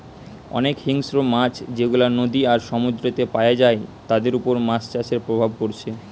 অনেক হিংস্র মাছ যেগুলা নদী আর সমুদ্রেতে পায়া যায় তাদের উপর মাছ চাষের প্রভাব পড়ছে